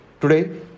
Today